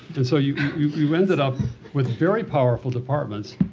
and so you you ended up with very powerful departments,